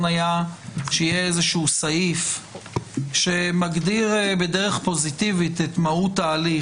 היה שיהיה איזשהו סעיף שמגדיר בדרך פוזיטיבית את מהות ההליך,